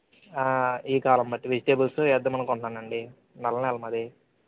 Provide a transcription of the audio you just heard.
ఈ కాలం బట్టి వెజిటేబుల్సు వేద్దామనుకుంటున్నానండి నల్ల నేల మాది